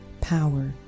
power